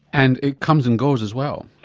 and it comes and goes as well?